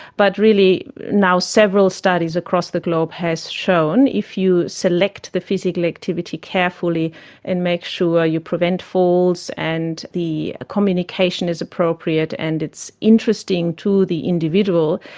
but really now several studies across the globe have shown if you select the physical activity carefully and make sure you prevent falls, and the communication is appropriate and it's interesting to the individual,